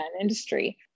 industry